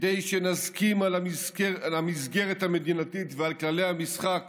כדי שנסכים על המסגרת המדינתית ועל כללי המשחק